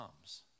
comes